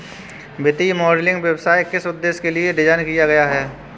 वित्तीय मॉडलिंग व्यवसाय किस उद्देश्य के लिए डिज़ाइन किया गया है?